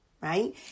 right